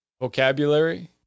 vocabulary